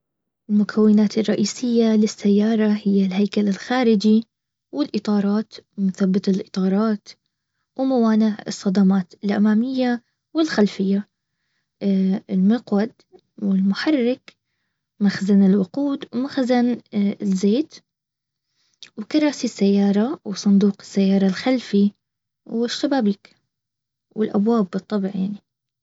المكونات الرئيسية للسيارة هي الهيكل الخارجي والاطارات ومثبت الاطارات وموانع الصدمات الامامية والخلفية المقود والمحرك مخزن الوقود مخزن الزيت وكراسي السياره وصندوق السياره الخلفي والشبابيك والابواب بالطبع يعني